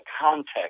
context